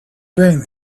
dreaming